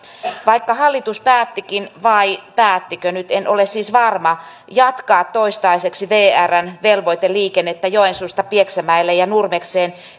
vaikka hallitus päättikin vai päättikö nyt en ole siis varma jatkaa toistaiseksi vrn velvoiteliikennettä joensuusta pieksämäelle ja nurmekseen